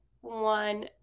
one